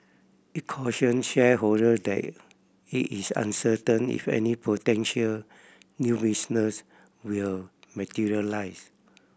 it cautioned shareholder that it is uncertain if any potential new business will materialise